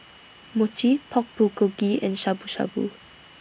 Mochi Pork Bulgogi and Shabu Shabu